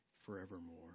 forevermore